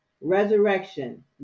resurrection